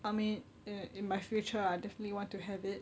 I mean in in my future I definitely want to have it